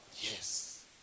Yes